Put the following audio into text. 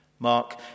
Mark